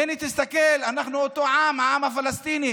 הינה, תסתכל, אנחנו אותו עם, העם הפלסטיני,